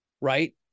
Right